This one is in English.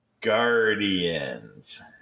Guardians